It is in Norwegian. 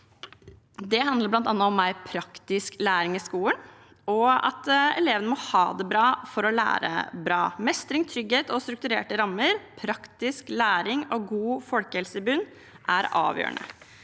Det handler bl.a. om mer praktisk læring i skolen og at elevene må ha det bra for å lære bra. Mestring, trygghet og strukturerte rammer, praktisk læring og god folkehelse i bunn er avgjørende.